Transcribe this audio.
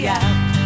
out